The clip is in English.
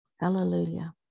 Hallelujah